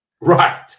Right